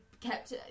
kept